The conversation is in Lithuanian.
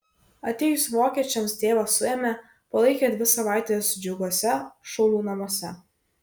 atėjus vokiečiams tėvą suėmė palaikė dvi savaites džiuguose šaulių namuose